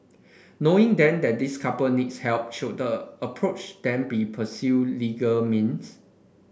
knowing then that this couple needs help should approach then be pursue legal means